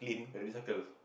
already settles